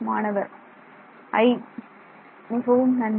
மாணவர் i மிகவும் நன்று